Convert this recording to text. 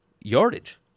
yardage